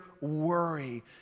worry